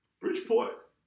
Bridgeport